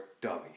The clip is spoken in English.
dummy